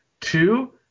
Two